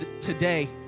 today